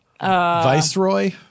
Viceroy